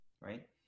right